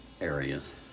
areas